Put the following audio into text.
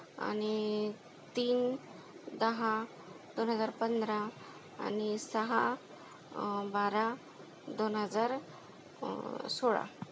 आणि तीन दहा दोन हजार पंधरा आणि सहा बारा दोन हजार सोळा